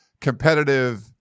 competitive